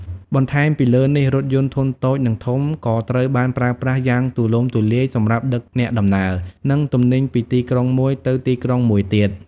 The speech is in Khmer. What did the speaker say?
បន្ថែមពីលើនេះ រថយន្តធុនតូច និងធំ ក៏ត្រូវបានប្រើប្រាស់យ៉ាងទូលំទូលាយសម្រាប់ដឹកអ្នកដំណើរ និងទំនិញពីទីក្រុងមួយទៅទីក្រុងមួយទៀត។